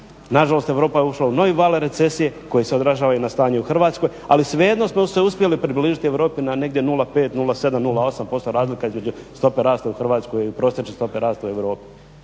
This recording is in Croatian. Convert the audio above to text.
na žalost Europa je ušla u novi val recesije koji se odražava i na stanje u Hrvatskoj, ali svejedno smo se uspjeli približiti Europi na negdje 0,5, 0,7, 0,8%. Razlika između stope rasta u Hrvatskoj i prosječne stope rasta u Europi.